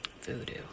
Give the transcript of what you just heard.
Voodoo